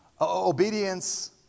Obedience